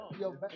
yo